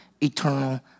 eternal